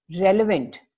relevant